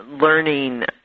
learning